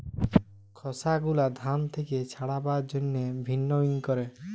খসা গুলা ধান থেক্যে ছাড়াবার জন্হে ভিন্নউইং ক্যরে